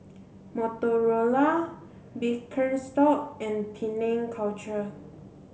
Motorola Birkenstock and Penang Culture